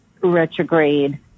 retrograde